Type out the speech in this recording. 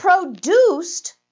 produced